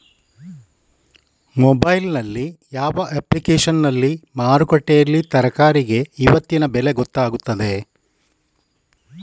Mobile ನಲ್ಲಿ ಯಾವ ಅಪ್ಲಿಕೇಶನ್ನಲ್ಲಿ ಮಾರುಕಟ್ಟೆಯಲ್ಲಿ ತರಕಾರಿಗೆ ಇವತ್ತಿನ ಬೆಲೆ ಗೊತ್ತಾಗುತ್ತದೆ?